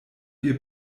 ihr